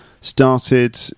Started